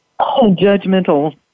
judgmental